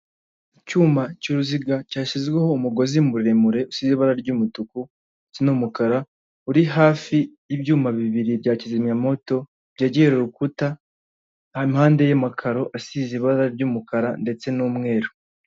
Icyuma cy'uruziga cyashyizweho umugozi muremure usize ibara ry'umutuku n'umukara, uri hafi y'ibyuma bibiri bya kizimyamoto byegereye urukuta, impande y'amakaro asize ibara ry'umukara ndetse n'umweru.